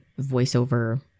voiceover